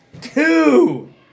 two